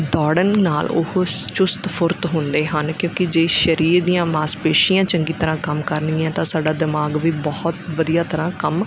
ਦੌੜਨ ਨਾਲ ਉਹ ਚੁਸਤ ਫੁਰਤ ਹੁੰਦੇ ਹਨ ਕਿਉਂਕਿ ਜੇ ਸਰੀਰ ਦੀਆਂ ਮਾਸਪੇਸ਼ੀਆਂ ਚੰਗੀ ਤਰ੍ਹਾਂ ਕੰਮ ਕਰਨਗੀਆਂ ਤਾਂ ਸਾਡਾ ਦਿਮਾਗ ਵੀ ਬਹੁਤ ਵਧੀਆ ਤਰ੍ਹਾਂ ਕੰਮ